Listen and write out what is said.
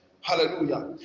Hallelujah